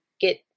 get